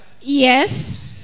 yes